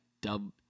dub